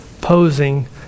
posing